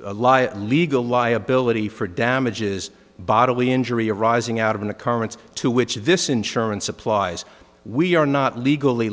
legal liability for damages bodily injury arising out of an occurrence to which this insurance applies we are not legally